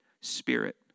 spirit